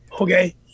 Okay